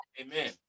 Amen